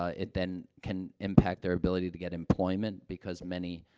ah it then can impact their ability to get employment, because many,